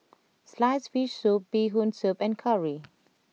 Sliced Fish Soup Bee Hoon Soup and Curry